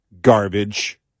garbage